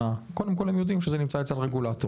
קודם כל הם יודעים שזה נמצא אצל רגולטור,